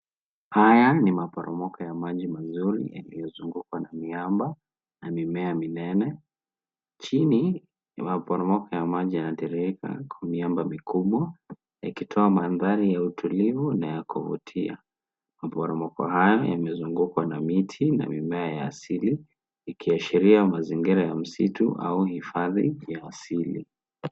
Haya ni maporomoko ya maji mazuri yaliyo zungukwa na miamba na mimea minene. Chini ya maporomoko ya maji yanatiririka kwa miamba mikubwa, yakitoa mandhari ya utulivu na ya kuvutia. Maporomoko haya yamezungukwa na miti na mimea ya asili, yakionyesha mazingira ya msitu au hifadhi ya asili.